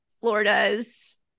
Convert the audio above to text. Florida's